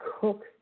cook